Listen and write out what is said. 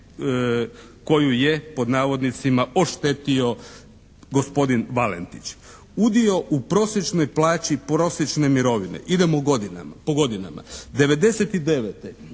koju je "oštetio" gospodin Valentić. Udio u prosječnoj plaći prosječne mirovine. Idem u godinama, po godinama. '99.